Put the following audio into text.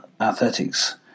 athletics